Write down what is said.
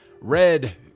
red